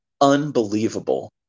unbelievable